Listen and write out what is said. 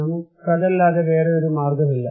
നമുക്കതല്ലാതെ വേറെ ഒരു മാർഗമില്ല